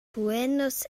buenos